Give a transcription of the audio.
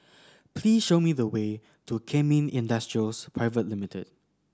please show me the way to Kemin Industries Private Limited